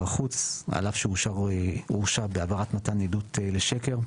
החוץ על אף שהוא הורשע בעבר על מתן עדות לשקר,